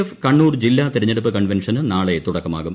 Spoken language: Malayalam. എഫ് കണ്ണൂർ ജില്ലാ തെരഞ്ഞെടുപ്പ് കൺവെൻഷന് നാളെ തുടക്കമാകും